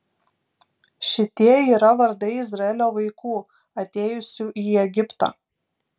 šitie yra vardai izraelio vaikų atėjusių į egiptą